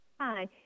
Hi